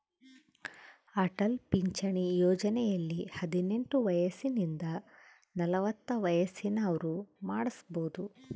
ಅಟಲ್ ಪಿಂಚಣಿ ಯೋಜನೆಯಲ್ಲಿ ಹದಿನೆಂಟು ವಯಸಿಂದ ನಲವತ್ತ ವಯಸ್ಸಿನ ಅವ್ರು ಮಾಡ್ಸಬೊದು